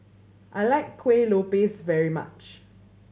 I like Kuih Lopes very much